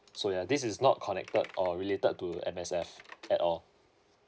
so ya this is not connected or related to M_S_F at all